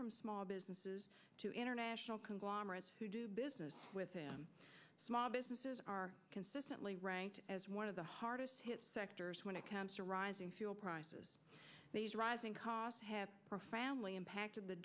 from small businesses to international conglomerates who do business with him small businesses are consistently ranked as one of the hardest hit sectors when it comes to rising fuel prices rising costs have profoundly impacted the